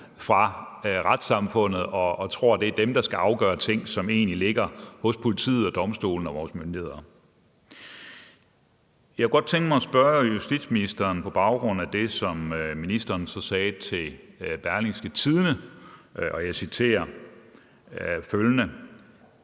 fra retssamfundet og tror, det er dem, der skal afgøre ting, som egentlig ligger hos politiet og domstolene og vores myndigheder. Jeg kunne godt tænke mig at spørge justitsministeren om noget på baggrund af det, som ministeren sagde til Berlingske Tidende, og jeg citerer: »Det,